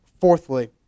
fourthly